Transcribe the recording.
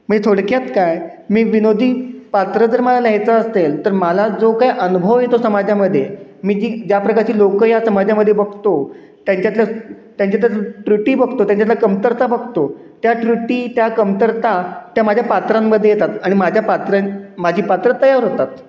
म्हणजे थोडक्यात काय मी विनोदी पात्र जर मला लिहायचं असेल तर मला जो काय अनुभव येतो समाजामध्ये मी जी ज्या प्रकारची लोकं या समाजामध्ये बघतो त्यांच्यातल्या त्यांच्यातल्या जो त्रुटी बघतो त्यांच्यातल्या कमतरता बघतो त्या त्रुटी त्या कमतरता त्या माझ्या पात्रांमध्ये येतात आणि माझ्या पात्र माझी पात्र तयार होतात